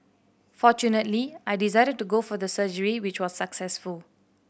fortunately I decided to go for the surgery which was successful